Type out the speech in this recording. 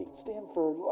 Stanford